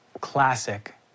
classic